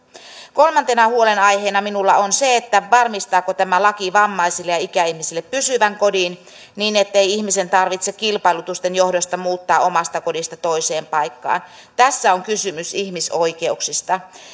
kolmantena huolenaiheena minulla on varmistaako tämä laki vammaisille ja ikäihmisille pysyvän kodin niin ettei ihmisen tarvitse kilpailutusten johdosta muuttaa omasta kodista toiseen paikkaan tässä on kysymys ihmisoikeuksista